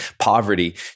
poverty